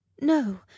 No